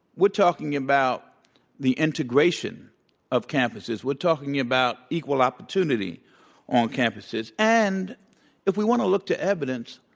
we're talking about the integration of campuses. we're talking about equal opportunity on campuses. and if we want to look to evidence,